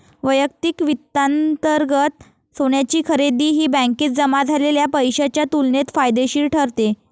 वैयक्तिक वित्तांतर्गत सोन्याची खरेदी ही बँकेत जमा झालेल्या पैशाच्या तुलनेत फायदेशीर ठरते